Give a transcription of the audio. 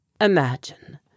Imagine